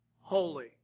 holy